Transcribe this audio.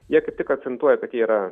jie kaip tik akcentuoja kad jie yra